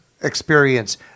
Experience